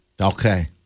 Okay